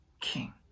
king